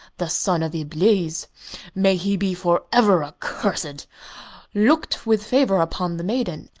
the son of iblees may he be for ever accursed looked with favour upon the maiden,